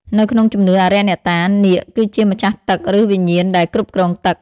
នៅក្នុងជំនឿអារក្សអ្នកតា នាគគឺជា ម្ចាស់ទឹក ឬវិញ្ញាណដែលគ្រប់គ្រងទឹក។